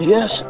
Yes